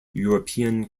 european